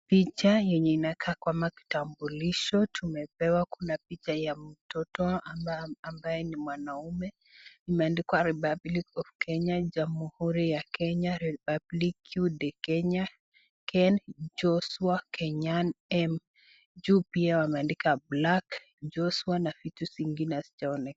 Picha yenye inakaa kama kitambulisho. Tumepewa kuna picha ya mtu ambaye ni mwanaume. Imeandikwa Republic of Kenya {cs], Jamhuri ya Kenya , republicu de Kenya , Ken Joshua , Kenyan M . Juu pia wameandika black , Joshua na vitu zingine hazionekani.